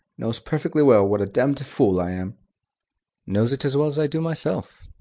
knows perfectly well what a demmed fool i am knows it as well as i do myself.